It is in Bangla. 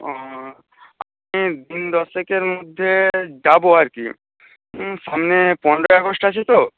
ও দিন দশেকের মধ্যে যাবো আর কি সামনে পনেরোই আগস্ট আছে তো